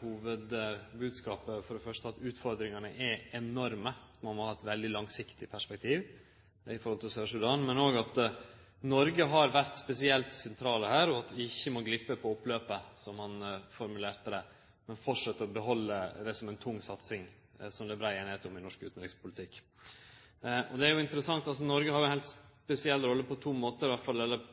hovudbodskapen, for det første at utfordringane er enorme, at ein må ha eit veldig langsiktig perspektiv i forhold til Sør-Sudan, men òg at Noreg har vore spesielt sentralt her, og at vi ikkje må glippe på oppløpet, som han formulerte det, men framleis behalde det som ei tung satsing, som det er brei einigheit om i norsk utanrikspolitikk. Noreg har ei spesiell rolle på to måtar – eller dimensjonar – den eine er at det er eit land som vi har